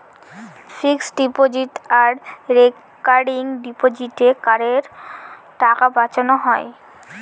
fixed deposit আর recurring ডিপোজিটে করের টাকা বাঁচানো হয়